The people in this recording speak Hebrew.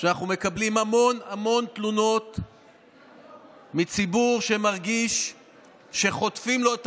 אנחנו מקבלים המון המון תלונות מציבור שמרגיש שחוטפים לו את